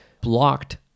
blocked